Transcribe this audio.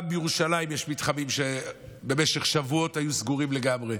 גם בירושלים יש מתחמים שבמשך שבועות היו סגורים לגמרי,